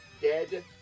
dead